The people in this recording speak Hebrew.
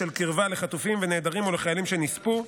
בשל קרבה לחטופים ונעדרים או לחיילים שנספו,